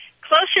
closer